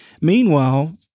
Meanwhile